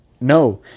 No